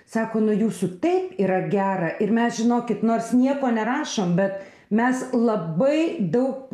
sako nuo jūsų tai yra gera ir mes žinokit nors nieko nerašom bet mes labai daug